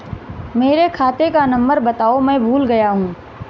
मेरे खाते का नंबर बताओ मैं भूल गया हूं